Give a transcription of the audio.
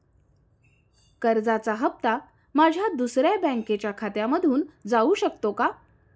कर्जाचा हप्ता माझ्या दुसऱ्या बँकेच्या खात्यामधून जाऊ शकतो का?